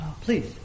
Please